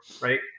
right